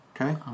Okay